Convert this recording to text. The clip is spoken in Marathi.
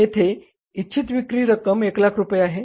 येथे इच्छित विक्री रक्कम 100000 रुपये आहे